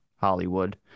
hollywood